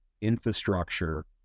infrastructure